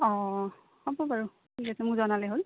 অঁ হ'ব বাৰু ঠিক আছে মোৰ জনালে হ'ল